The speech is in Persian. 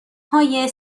های